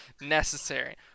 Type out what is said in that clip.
necessary